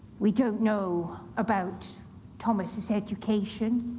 we don't know about thomas' education